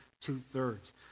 two-thirds